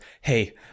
hey